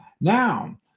Now